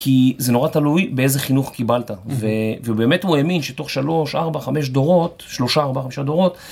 כי זה נורא תלוי באיזה חינוך קיבלת, ובאמת הוא האמין שתוך שלוש, ארבע, חמש דורות, שלושה, ארבעה, חמישה דורות,